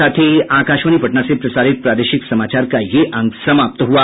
इसके साथ ही आकाशवाणी पटना से प्रसारित प्रादेशिक समाचार का ये अंक समाप्त हुआ